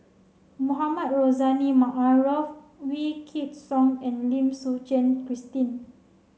Mohamed Rozani Maarof Wykidd Song and Lim Suchen Christine